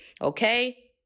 Okay